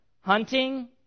hunting